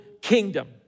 kingdom